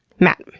matt.